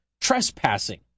trespassing